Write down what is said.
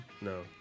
No